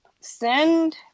send